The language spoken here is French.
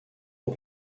aux